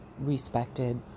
respected